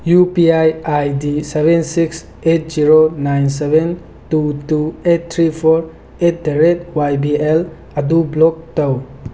U P I I D seven six eight zero nine seven two two eight three four at the rate Y B L ꯑꯗꯨ block ꯇꯧ